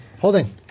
Holding